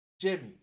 Jimmy